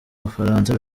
bufaransa